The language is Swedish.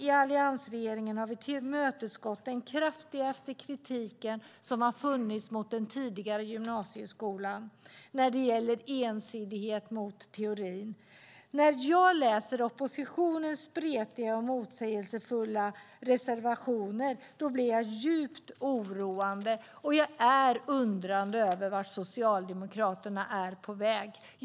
I alliansregeringen har vi tillmötesgått den kraftigaste kritik som har funnits mot den tidigare gymnasieskolan när det gäller ensidighet mot teorin. När jag läser oppositionens spretiga och motsägelsefulla reservationer blir jag djupt oroad och undrande: Vart är Socialdemokraterna på väg?